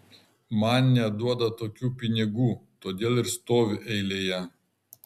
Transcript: man neduoda tokių pinigų todėl ir stoviu eilėje